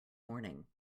morning